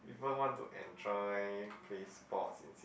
people want to enjoy play sports in~